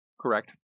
Correct